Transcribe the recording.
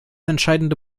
entscheidende